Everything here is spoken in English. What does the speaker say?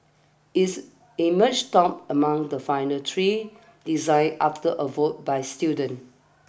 its emerged top among the final three designs after a vote by students